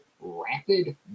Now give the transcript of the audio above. rapid